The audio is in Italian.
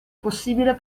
possibile